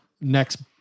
next